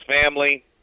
family